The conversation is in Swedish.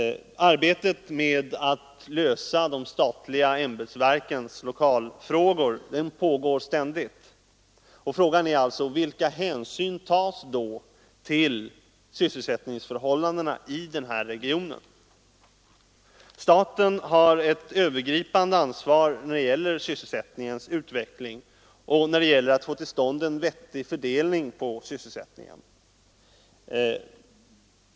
Arbetet med att lösa de statliga ämbetsverkens lokalfrågor pågår ständigt. Frågan är alltså: Vilka hänsyn tas då till sysselsättningsförhållandena i denna region? Staten har ett övergripande ansvar när det gäller sysselsättningens utveckling och när det gäller att få till stånd en vettig fördelning av sysselsättningen.